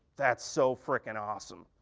that's so frickin awesome.